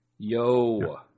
Yo